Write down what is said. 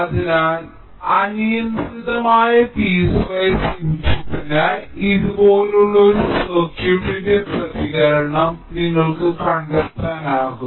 അതിനാൽ അനിയന്ത്രിതമായ പീസ്വൈസ് ഇൻപുട്ടിനായി ഇതുപോലുള്ള ഒരു സർക്യൂട്ടിന്റെ പ്രതികരണം നിങ്ങൾക്ക് കണ്ടെത്താനാകും